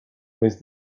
weighs